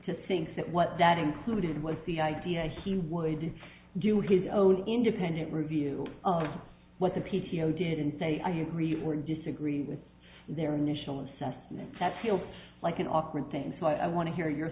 to think that what that included was the idea he would do his own independent review of what the p t o didn't say i agree or disagree with their initial assessment that feels like an awkward thing so i want to hear your